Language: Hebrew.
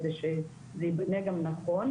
כדי שזה ייבנה גם נכון.